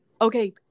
Okay